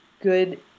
good